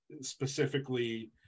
specifically